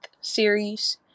series